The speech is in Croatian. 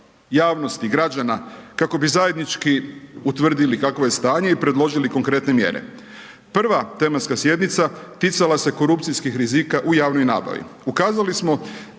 javnosti, građana, kako bi zajednički utvrdili kakvo je stanje i predložili konkretne mjere. Prva tematska sjednica ticala se korupcijskih rizika u javnoj nabavi. Ukazali smo